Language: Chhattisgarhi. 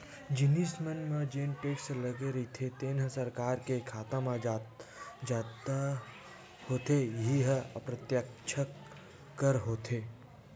जिनिस मन म जेन टेक्स लगे रहिथे तेन ह सरकार के खाता म जता होथे इहीं ह अप्रत्यक्छ कर होथे